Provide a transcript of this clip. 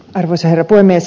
arvoisa herra puhemies